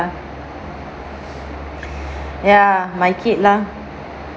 ya ya my kid lah